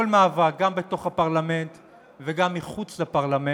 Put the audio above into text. כל מאבק, גם בתוך הפרלמנט וגם מחוץ לפרלמנט,